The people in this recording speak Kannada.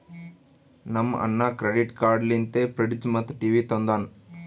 ನಮ್ ಅಣ್ಣಾ ಕ್ರೆಡಿಟ್ ಕಾರ್ಡ್ ಲಿಂತೆ ಫ್ರಿಡ್ಜ್ ಮತ್ತ ಟಿವಿ ತೊಂಡಾನ